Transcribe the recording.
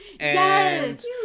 Yes